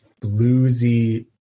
bluesy